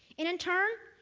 in in turn,